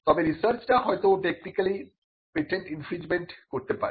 তবে রিসার্চটা হয়তো টেকনিক্যালি পেটেন্ট ইনফ্রিনজিমেন্ট করতে পারে